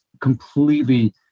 completely